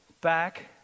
back